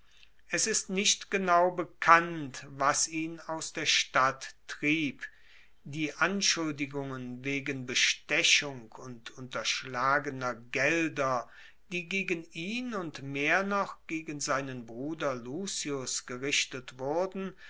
es ist nicht genau bekannt was ihn aus der stadt trieb die anschuldigungen wegen bestechung und unterschlagener gelder die gegen ihn und mehr noch gegen seinen bruder lucius gerichtet wurden